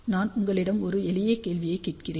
நான் உங்களிடம் ஒரு எளிய கேள்வியைக் கேட்கிறேன்